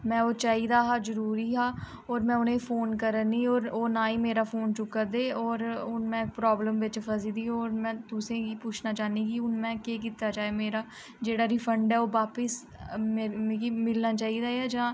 में ओह् चाहिदा हा जरूरी हा होर में उ'नेंगी फोन करा नी होर ओह् ना ही मेरा फोन चुक्कै दे होर हून में प्रॉब्लम बिच्च फसी दी होर में तुसेंगी पुच्छना चाहन्नीं कि हून में केह् कीता जाए मेरा जेह्ड़ा रिफंड ऐ ओह् बापस मिगी मिलना चाहिदा जां